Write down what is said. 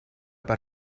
per